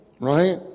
right